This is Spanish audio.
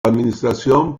administración